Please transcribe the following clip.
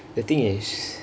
the thingk is